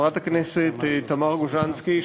חברת הכנסת תמר גוז'נסקי,